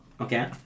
Okay